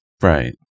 Right